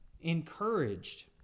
encouraged